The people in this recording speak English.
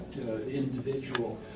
individual